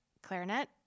clarinet